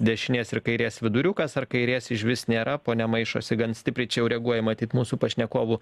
dešinės ir kairės viduriukas ar kairės išvis nėra ponia maišosi gan stipriai čia jau reaguoja matyt mūsų pašnekovų